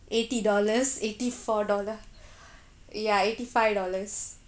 eighty dollars eighty four dollar ya eighty five dollars